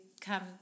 come